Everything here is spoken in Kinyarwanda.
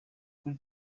kuri